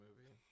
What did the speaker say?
movie